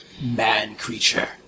Man-creature